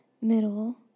middle